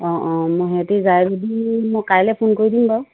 অঁ অঁ মই সিহঁতে যায় যদি মই কাইলৈ ফোন কৰি দিম বাৰু